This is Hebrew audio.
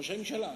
ראש הממשלה.